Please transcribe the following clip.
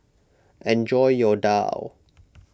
enjoy your Daal